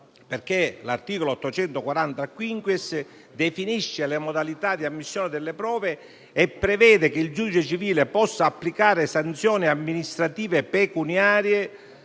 prove. L'articolo 840-*quinquies* definisce le modalità di ammissione delle prove e prevede che il giudice civile posso applicare sanzioni amministrative pecuniarie